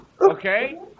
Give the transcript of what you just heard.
Okay